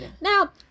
Now